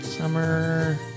Summer